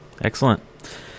excellent